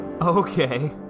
Okay